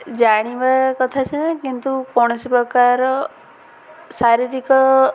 ଜାଣିବା କଥା ସିନା କିନ୍ତୁ କୌଣସି ପ୍ରକାର ଶାରୀରିକ